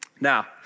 Now